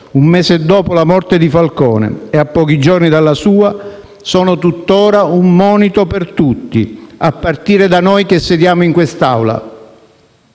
un mese dopo la morte di Falcone, e a pochi giorni dalla sua, sono tutt'ora un monito per tutti, a partire da noi, che sediamo in quest'Aula.